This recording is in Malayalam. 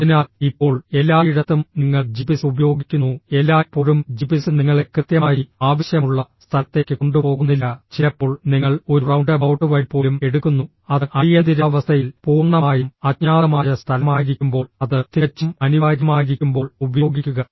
അതിനാൽ ഇപ്പോൾ എല്ലായിടത്തും നിങ്ങൾ ജിപിഎസ് ഉപയോഗിക്കുന്നു എല്ലായ്പ്പോഴും ജിപിഎസ് നിങ്ങളെ കൃത്യമായി ആവശ്യമുള്ള സ്ഥലത്തേക്ക് കൊണ്ടുപോകുന്നില്ല ചിലപ്പോൾ നിങ്ങൾ ഒരു റൌണ്ട്എബൌട്ട് വഴി പോലും എടുക്കുന്നു അത് അടിയന്തിരാവസ്ഥയിൽ പൂർണ്ണമായും അജ്ഞാതമായ സ്ഥലമായിരിക്കുമ്പോൾ അത് തികച്ചും അനിവാര്യമായിരിക്കുമ്പോൾ ഉപയോഗിക്കുക